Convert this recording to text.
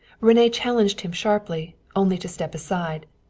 rene challenged him sharply, only to step aside.